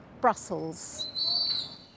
Brussels